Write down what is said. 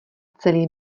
celý